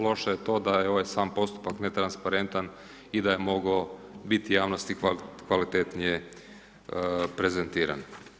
Loše je to da je ovaj sam postupak ne transparentan i da je mogao biti javnosti kvalitetnije prezentiran.